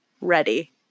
ready